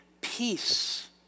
peace